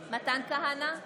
מתן כהנא,